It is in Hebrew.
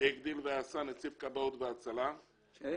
שהקדים ועשה נציב כבאות והצלה -- ש?